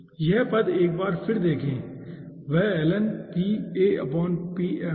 यह पद एक बार फिर देखें वह था